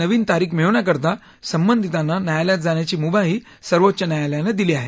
नवी तारिख मिळवण्याकरता संबंधितांना न्यायालयात जाण्याची मुभाही सर्वोच्च न्यायालयानं दिली आहे